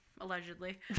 allegedly